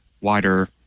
wider